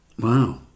Wow